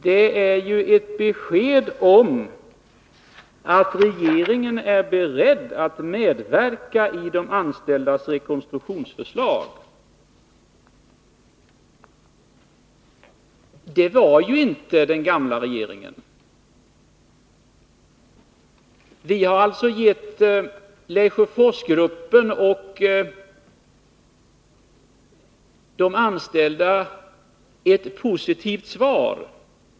Det är ju ett besked om att regeringen är beredd att medverka när det gäller de anställdas rekonstruktionsförslag — något som den gamla regeringen inte var beredd att göra. Vi har alltså gett Lesjöforsgruppen och de anställda ett positivt svar.